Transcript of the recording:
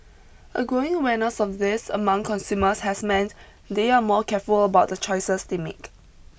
a growing awareness of this among consumers has meant they are more careful about the choices they make